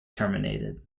terminated